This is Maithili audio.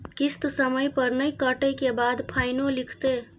किस्त समय पर नय कटै के बाद फाइनो लिखते?